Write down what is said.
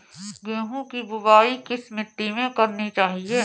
गेहूँ की बुवाई किस मिट्टी में करनी चाहिए?